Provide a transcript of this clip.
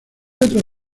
otros